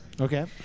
Okay